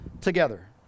together